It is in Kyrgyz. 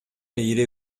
ири